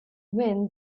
win